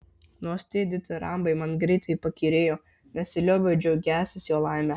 nors tie ditirambai man greitai pakyrėjo nesilioviau džiaugęsis jo laime